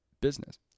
business